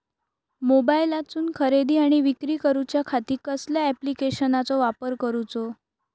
मोबाईलातसून खरेदी आणि विक्री करूच्या खाती कसल्या ॲप्लिकेशनाचो वापर करूचो?